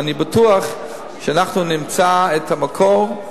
ואני בטוח שאנחנו נמצא את המקור.